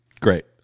great